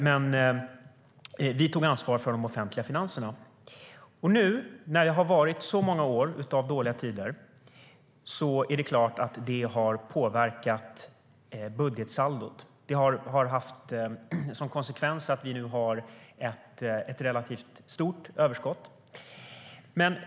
Men vi tog ansvar för de offentliga finanserna. Nu när det har varit dåliga tider i så många år är det klart att budgetsaldot har påverkats. Det har haft som konsekvens att vi nu har ett relativt stort överskott.